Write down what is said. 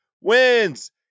wins